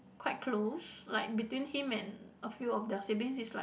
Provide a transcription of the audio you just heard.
quite close like between him and a few of their siblings is like